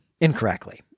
incorrectly